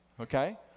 Okay